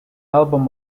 album